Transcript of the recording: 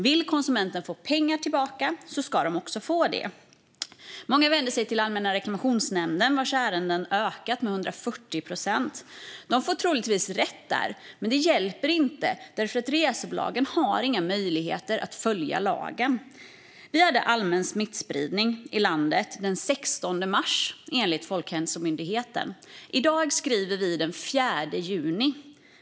Vill konsumenterna få pengar tillbaka ska de också få det. Många vänder sig till Allmänna reklamationsnämnden vars ärenden har ökat med 140 procent. De får troligtvis rätt där, men det hjälper inte, för resebolagen har inga möjligheter att följa lagen. Vi hade allmän smittspridning i landet den 16 mars, enligt Folkhälsomyndigheten. I dag skriver vi den 4 juni.